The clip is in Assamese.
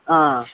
অ